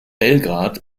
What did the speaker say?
belgrad